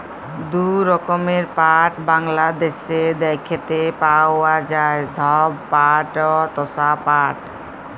দু রকমের পাট বাংলাদ্যাশে দ্যাইখতে পাউয়া যায়, ধব পাট অ তসা পাট